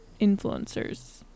influencers